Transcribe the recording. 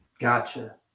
Gotcha